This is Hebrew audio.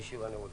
הישיבה נעולה.